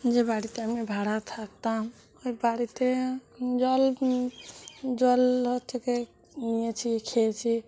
যে বাড়িতে আমি ভাড়া থাকতাম ওই বাড়িতে জল জল হচ্ছে কি নিয়েছি খেয়েছি